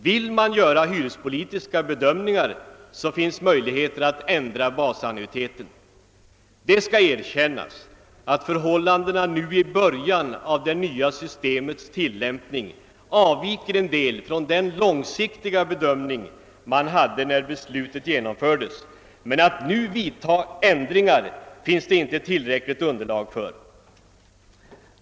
Vill man göra hyrespolitiska bedömningar, finns det möjligheter att ändra basannuiteten. Det skall erkännas att förhållandena nu i början av det nya systemets tilllämpning avviker en del från den långsiktiga bedömning man hade när beslutet genomfördes, men att nu vidta ändringar finns det inte tillräckligt underlag för.